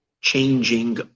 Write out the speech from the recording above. changing